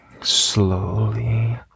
Slowly